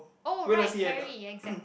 oh right Carie exactly